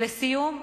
לסיום,